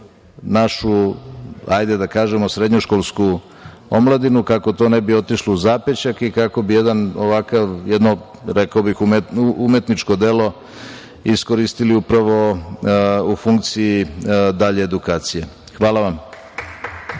našu, hajde da kažemo, srednjoškolsku omladinu, kako to ne bi otišlo u zapećak i kako bi jedno, rekao bih, umetničko delo iskoristili upravo u funkciji dalje edukacije. Hvala.